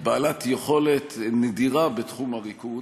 בעלת יכולת נדירה בתחום הריקוד,